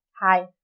hi